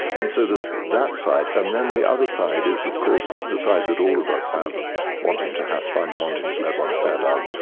and so there's that side. and then the other side is of course the side that all of us have, of wanting to have fun, wanting to let one's hair um